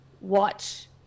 watch